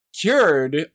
cured